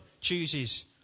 chooses